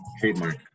trademark